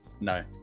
no